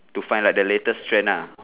to find like the latest trend lah